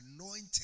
anointed